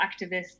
activists